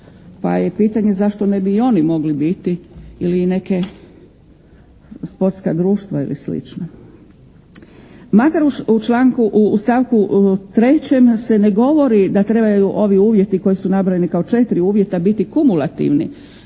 pa je pitanje zašto ne bi i oni mogli biti ili i neke sportska društva ili slično. Makar u stavku 3. se ne govori da trebaju ovi uvjeti koji su nabrojeni kao četiri uvjeta biti kumulativni